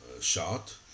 shot